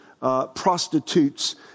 Prostitutes